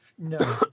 no